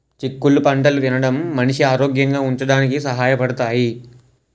చిక్కుళ్ళు పంటలు తినడం మనిషి ఆరోగ్యంగా ఉంచడానికి సహాయ పడతాయి